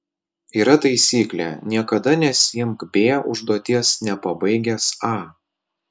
yra taisyklė niekada nesiimk b užduoties nepabaigęs a